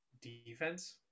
defense